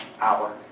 hour